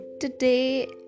today